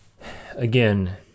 again